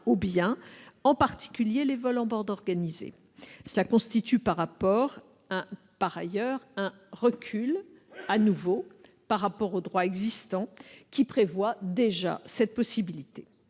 aux biens, en particulier les vols en bande organisée. Cela constitue par ailleurs un recul par rapport au droit existant, qui prévoit déjà cette faculté.